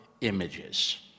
images